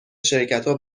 شرکتا